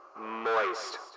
Moist